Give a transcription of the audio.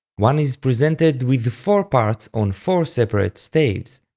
one is presented with four parts on four separate staves.